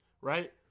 right